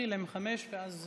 ואז